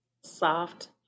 soft